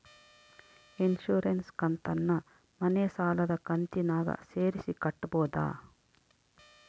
Insurance ಕಂತನ್ನ ಮನೆ ಸಾಲದ ಕಂತಿನಾಗ ಸೇರಿಸಿ ಕಟ್ಟಬೋದ?